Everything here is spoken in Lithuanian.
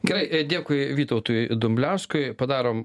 gerai dėkui vytautui dumbliauskui padarom